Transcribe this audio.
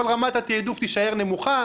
אבל רמת התעדוף תישאר נמוכה,